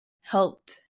helped